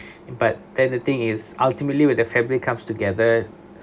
but then the thing is ultimately with the family comes together